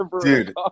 Dude